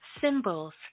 symbols